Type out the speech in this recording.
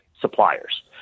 suppliers